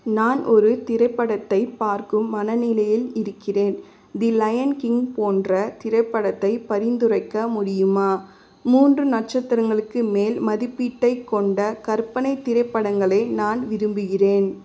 நான் ஒரு திரைப்படத்தை பார்க்கும் மனநிலையில் இருக்கிறேன் தி லயன் கிங் போன்ற திரைப்படத்தை பரிந்துரைக்க முடியுமா மூன்று நட்சத்திரங்களுக்கு மேல் மதிப்பீட்டைக் கொண்ட கற்பனை திரைப்படங்களை நான் விரும்புகிறேன்